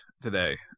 today